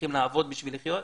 צריכים לעבוד בשביל לחיות,